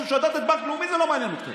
שדד את בנק לאומי זה לא מעניין אתכם,